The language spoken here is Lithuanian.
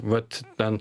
vat ten